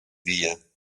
wir